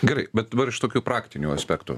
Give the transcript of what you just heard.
gerai bet dabar iš tokių praktinių aspektų